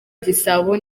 igisabo